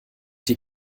die